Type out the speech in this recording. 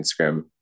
Instagram